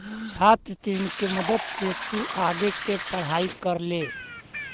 छात्र ऋण के मदद से तु आगे के पढ़ाई कर ले